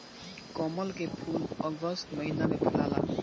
कमल के फूल अगस्त महिना में फुलाला